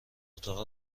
اتاق